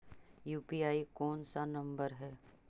UPI कोन सा number हैं?